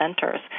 centers